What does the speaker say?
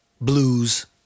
blues